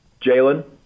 Jalen